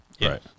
Right